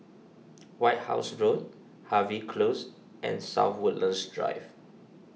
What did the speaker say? White House Road Harvey Close and South Woodlands Drive